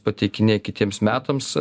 pateikinėja kitiems metams